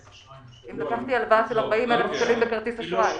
אם לקחתי הלוואה בסך 40,000 שקלים בכרטיס האשראי שלי.